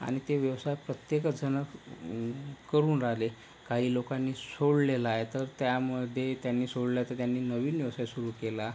आणि ते व्यवसाय प्रत्येकच जण करून राहिले काही लोकांनी सोडलेला आहे तर त्यामध्ये त्यांनी सोडला आहे तर त्यांनी नवीन व्यवसाय सुरू केला